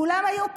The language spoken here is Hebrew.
כולם היו פעילים,